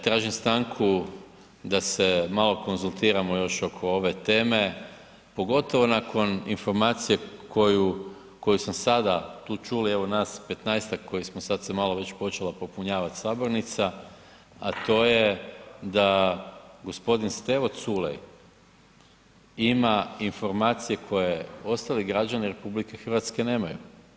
Tražim stanku da se malo konzultiramo još oko ove teme, pogotovo nakon informacije koju, koju sam sada tu čuli, evo nas 15-tak koji smo, sad se malo već počela popunjavat sabornica, a to je da g. Stevo Culej ima informacije koje ostali građani RH nemaju.